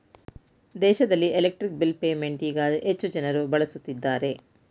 ದೇಶದಲ್ಲಿ electric bill payment ಈಗ ಹೆಚ್ಚು ಜನರು ಬಳಸುತ್ತಿದ್ದಾರೆ